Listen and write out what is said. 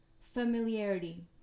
familiarity